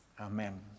Amen